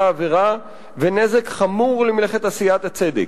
העבירה ונזק חמור למלאכת עשיית הצדק.